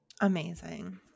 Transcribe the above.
Amazing